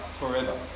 forever